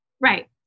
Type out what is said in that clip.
Right